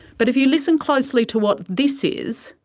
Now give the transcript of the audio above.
but if you listen closely to what this is,